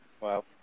Wow